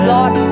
Lord